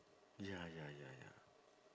ya ya ya ya